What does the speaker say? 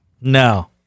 No